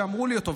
כשאמרו לי אותו,